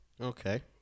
Okay